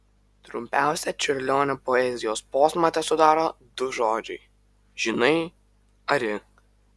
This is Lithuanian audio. trumpiausią čiurlionio poezijos posmą tesudaro du žodžiai žinai ari